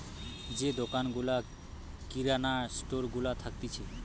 যে দোকান গুলা কিরানা স্টোর গুলা থাকতিছে